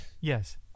Yes